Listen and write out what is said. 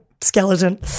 skeleton